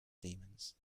demons